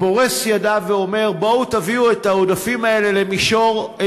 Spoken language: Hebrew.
פורס ידיו ואומר: בואו תביאו את העודפים האלה למישור-אדומים.